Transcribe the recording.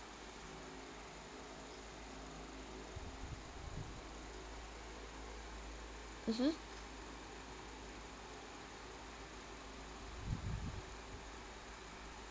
mmhmm